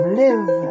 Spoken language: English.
live